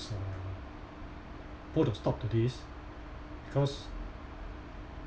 uh put a stop to this because